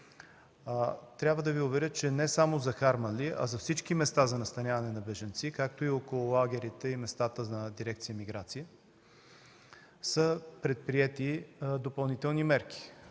Трябва да Ви уверя, че не само за Харманли, за всички места за настаняване на бежанци, както и около лагерите и местата на дирекция „Миграция” са предприети допълнителни мерки.